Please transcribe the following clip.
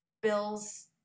Bill's